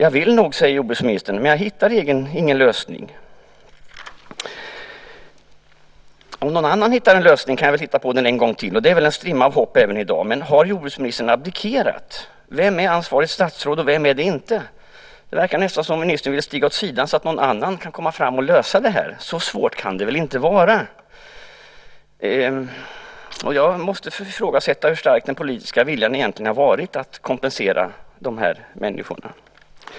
Jordbruksministern säger att hon velat hitta en lösning, men att det inte gått. Men om någon annan hittar en lösning kan hon titta på den en gång till. Det ger väl en strimma av hopp i dag, men jag undrar: Har jordbruksministern abdikerat? Vem är ansvarigt statsråd och vem är det inte? Det verkar nästan som om ministern vill stiga åt sidan så att någon annan kan komma fram och lösa det här. Jag måste ifrågasätta hur stark den politiska viljan egentligen varit att kompensera dessa människor.